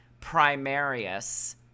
Primarius